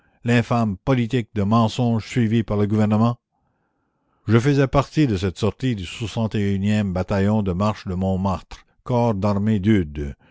l'infâme politique de mensonge suivie par le gouvernement je faisais partie de cette sortie du e bataillon de marche de montmartre corps d'armée d'eudes